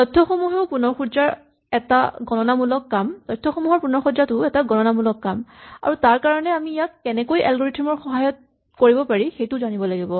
তথ্যসমূহৰ পুণঃসজ্জাও এটা গণনামূলক কাম আৰু তাৰকাৰণে আমি ইয়াক কেনেকৈ এলগৰিথম ৰ সহায়ত কৰিব পাৰি সেইটো জানিব লাগিব